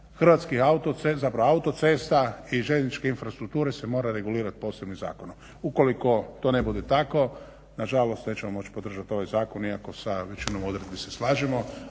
koncesija autocesta i željezničke infrastrukture se mora regulirat posebnim zakonom. Ukoliko to ne bude tako nažalost nećemo moći podržati ovaj zakon iako sa većinom odredbi se slažemo,